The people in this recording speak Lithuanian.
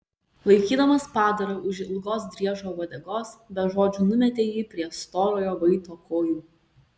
laikydamas padarą už ilgos driežo uodegos be žodžių numetė jį prie storojo vaito kojų